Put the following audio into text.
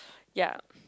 ya